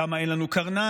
כמה אין לנו קרניים,